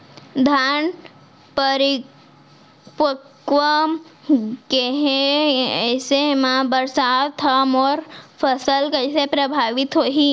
धान परिपक्व गेहे ऐसे म बरसात ह मोर फसल कइसे प्रभावित होही?